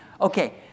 Okay